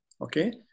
Okay